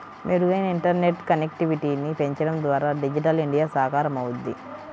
మెరుగైన ఇంటర్నెట్ కనెక్టివిటీని పెంచడం ద్వారా డిజిటల్ ఇండియా సాకారమవుద్ది